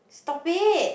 stop it